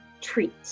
treat